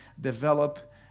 develop